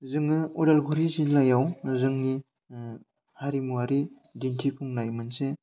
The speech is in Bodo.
जोङो उदालगुरि जिल्लायाव जोंनि हारिमुवारि दिन्थिफुंनाय मोनसे